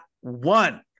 one